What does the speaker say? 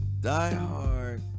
diehard